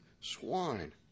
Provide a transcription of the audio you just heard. swine